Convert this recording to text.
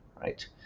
right